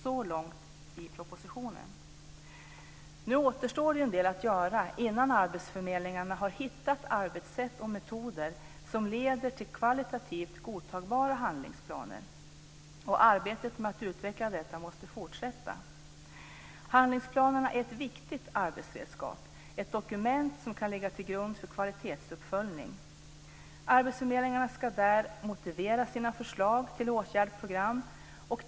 Så långt propositionen. Nu återstår en del att göra innan arbetsförmedlingarna har hittat arbetssätt och metoder som leder till kvalitativt godtagbara handlingsplaner. Arbetet med att utveckla detta måste fortsätta. Handlingsplanerna är ett viktigt arbetsredskap, ett dokument som kan ligga till grund för kvalitetsuppföljning. Arbetsförmedlingarna ska där motivera sina förslag till åtgärdsprogram.